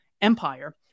empire